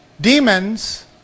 Demons